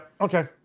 okay